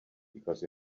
because